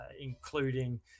including